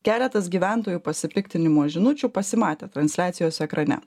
keletas gyventojų pasipiktinimo žinučių pasimatė transliacijos ekrane